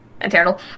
internal